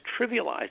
trivialized